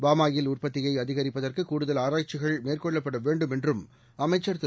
palm oil உற்பத்தியைஅதிகரிப்பதற்குகூடுதல் ஆராய்ச்சிகள் மேற்கொள்ளப்படவேண்டும் என்றுஅமைச்சர் திரு